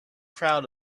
crowd